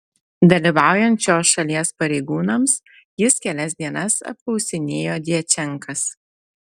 dalyvaujant šios šalies pareigūnams jis kelias dienas apklausinėjo djačenkas